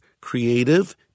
creative